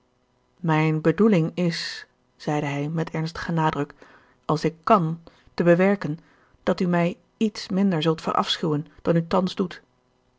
mijn bedoeling is zeide hij met ernstigen nadruk als ik kàn te bewerken dat u mij iets minder zult verafschuwen dan u thans doet